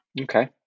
okay